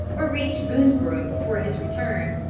or reach boonesborough before his return,